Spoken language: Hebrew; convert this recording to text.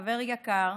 חבר יקר,